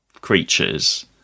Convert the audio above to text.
creatures